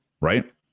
right